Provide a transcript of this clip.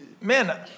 man